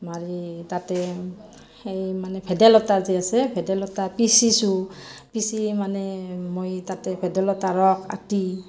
মাৰি তাতে সেই মানে ভেদাইলতা যে আছে ভেদাইলতা পিচিছোঁ পিচি মানে মই তাতে ভেদাইলতা ৰস আটি